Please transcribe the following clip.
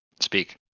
Speak